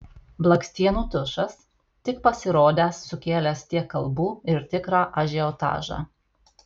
blakstienų tušas tik pasirodęs sukėlęs tiek kalbų ir tikrą ažiotažą